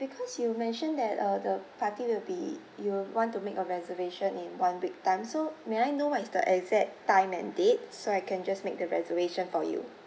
because you mentioned that uh the party will be you will want to make a reservation in one week time so may I know what is the exact time and date so I can just make the reservation for you